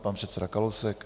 Pan předseda Kalousek.